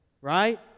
right